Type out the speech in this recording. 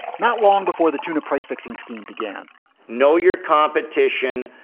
not long before the tuna price fixing scheme began no year competition.